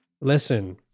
Listen